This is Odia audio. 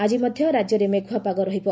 ଆଜି ମଧ୍ୟ ରାଜ୍ୟରେ ମେଘୁଆ ପାଗ ରହିବ